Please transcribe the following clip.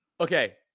okay